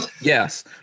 yes